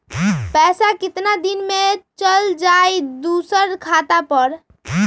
पैसा कितना दिन में चल जाई दुसर खाता पर?